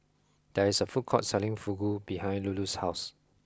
there is a food court selling Fugu behind Lulu's house